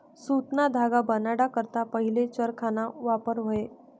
सुतना धागा बनाडा करता पहिले चरखाना वापर व्हये